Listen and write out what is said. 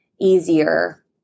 easier